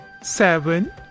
seven